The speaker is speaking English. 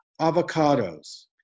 avocados